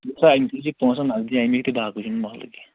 وُچھ سا أمۍ دِتی پونٛسہٕ نقدی امی محلٕکۍ